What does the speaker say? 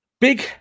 big